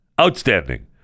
Outstanding